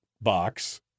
box